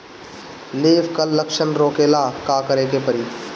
Leaf curl लक्षण रोकेला का करे के परी?